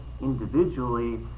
individually